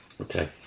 Okay